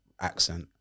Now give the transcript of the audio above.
accent